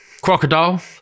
crocodile